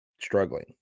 struggling